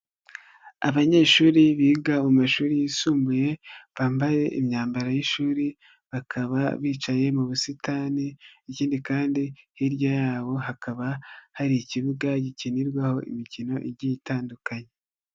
Abanyeshuri biga mu mashuri yisumbuye, bambaye imyambaro y'ishuri, bakaba bicaye mu busitani, ikindi kandi hirya yabo hakaba hari ikibuga gikinirwaho imikino igiye itandukanye.